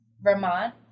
Vermont